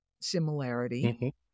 similarity